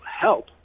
help